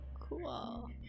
Cool